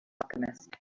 alchemist